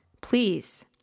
please